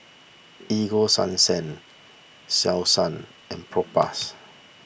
Ego Sunsense Selsun and Propass